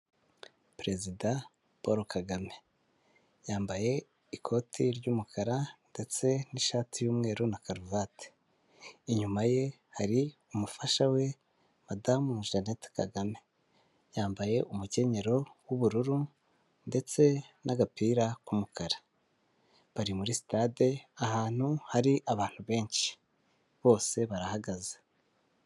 Perezida Paul KAGAME yambaye ikoti ry'umukara ndetse n'ishati y'umweru na karuvati, inyuma ye hari umufasha we Madamu Janette KAGAME, yambaye umukenyero w'ubururu ndetse n'agapira k'umukara, bari muri sitade ahantu hari abantu benshi, bose barahagaze.